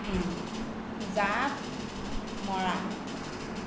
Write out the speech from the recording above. জাঁপ মৰা